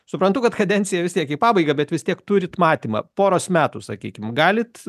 suprantu kad kadencija vis tiek į pabaigą bet vis tiek turit matymą poros metų sakykim galit